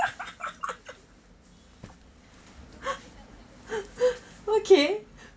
okay